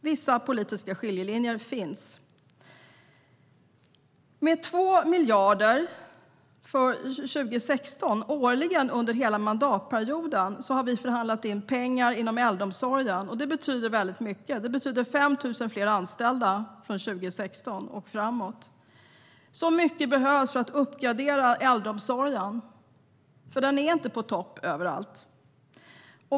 Vissa politiska skiljelinjer finns. Med 2 miljarder för 2016 och årligen under hela mandatperioden har vi förhandlat in pengar inom äldreomsorgen. Det betyder väldigt mycket. Det betyder 5 000 fler anställda från 2016 och framåt. Så mycket behövs för att uppgradera äldreomsorgen, för den är inte på topp överallt.